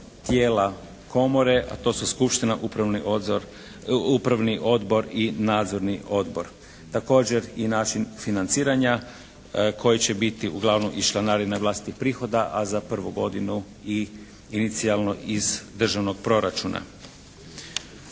tijela komore, a to su skupština, upravni odbor i nadzorni odbor. Također i način financiranja koji će biti uglavnom iz članarina vlastitih prihoda, a za prvu godinu i inicijalno iz državnog proračuna.